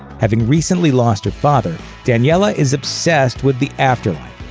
having recently lost her father, daniela is obsessed with the afterlife,